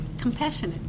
Compassionate